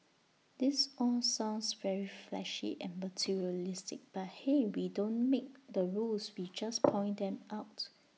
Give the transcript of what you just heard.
this all sounds very flashy and materialistic but hey we don't make the rules we just point them out